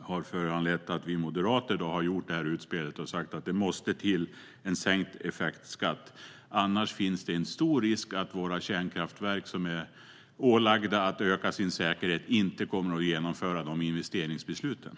har föranlett att vi moderater har gjort ett utspel och sagt att det måste till en sänkt effektskatt. Annars finns det en stor risk att våra kärnkraftverk, som är ålagda att öka sin säkerhet, inte kommer att genomföra dessa investeringsbeslut.